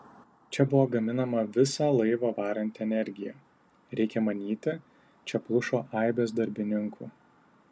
čia buvo gaminama visą laivą varanti energija reikia manyti čia plušo aibės darbininkų